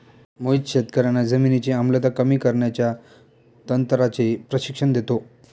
मोहित शेतकर्यांना जमिनीची आम्लता कमी करण्याच्या तंत्राचे प्रशिक्षण देतो